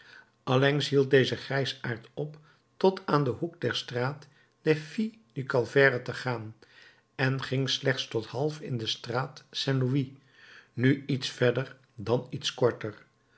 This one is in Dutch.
allengs hield deze grijsaard op tot aan den hoek der straat des filles du calvaire te gaan en ging slechts tot half in de straat saint louis nu iets verder dan iets korter